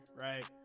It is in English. right